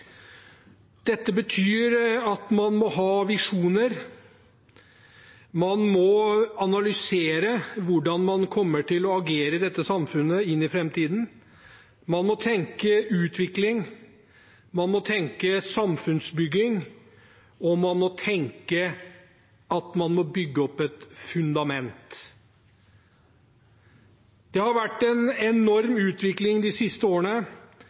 Dette betyr at man må ha visjoner. Man må analysere hvordan man kommer til å agere i dette samfunnet i framtiden. Man må tenke utvikling. Man må tenke samfunnsbygging. Og man må tenke at man må bygge opp et fundament. Det har vært en enorm utvikling de siste årene,